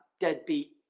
deadbeat